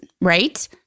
right